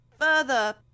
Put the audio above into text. further